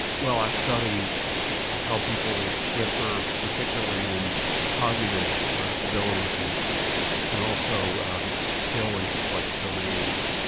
well, i study how people differ, particularly in cognitive abilities and and also skill and complex domains.